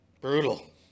Brutal